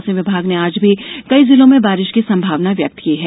मौसम विभाग ने आज भी कई जिलों में बारिश की संभावना व्यक्त की है